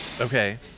Okay